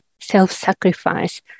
self-sacrifice